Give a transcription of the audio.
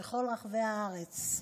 בכל רחבי הארץ.